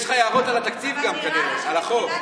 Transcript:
יש לך גם הערות על התקציב, על החוק.